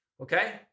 okay